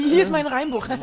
here's my rhyme book.